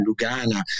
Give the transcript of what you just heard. Lugana